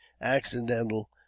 accidental